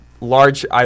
large –